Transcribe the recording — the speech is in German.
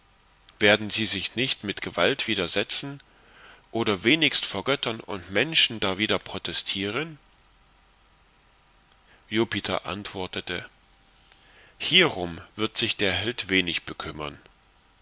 werden sie sich nicht mit gewalt widersetzen oder wenigst vor göttern und menschen darwider protestieren jupiter antwortete hierum wird sich der held wenig bekümmern